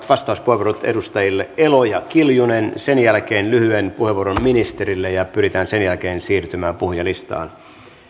vastauspuheenvuorot edustajille elo ja kiljunen sen jälkeen lyhyen puheenvuoron ministerille ja pyritään sen jälkeen siirtymään puhujalistaan